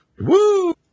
Woo